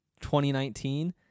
2019